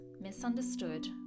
misunderstood